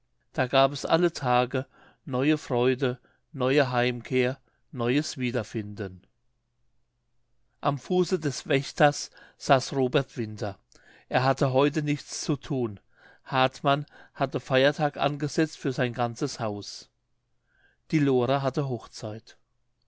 da gab es alle tage neue freude neue heimkehr neues wiederfinden am fuße des wächters saß robert winter er hatte heute nichts zu tun hartmann hatte feiertag angesetzt für sein ganzes haus die lore hatte hochzeit